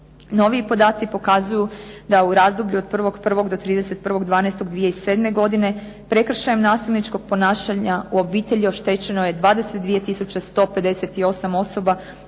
Noviji podaci pokazuju da je u razdoblju od 1.1. do 31.12.2007. godine prekršajem nasilničkog ponašanja u obitelji oštećeno je 22 tisuće